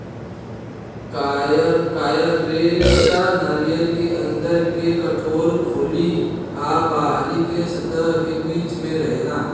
coir रेशा नारियर के अंदर के कठोर खोली आ बाहरी के सतह के बीच में रहेला